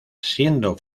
siendo